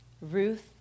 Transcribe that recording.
Ruth